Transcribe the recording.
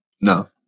No